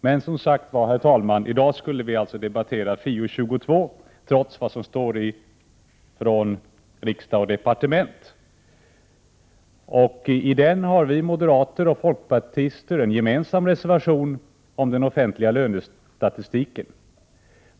Men, herr talman, i dag skulle vi alltså debattera FiU22, trots vad som står i Från Riksdag & Departement. Till detta betänkande har moderater och folkpartister en gemensam reservation om den offentliga lönestatistiken.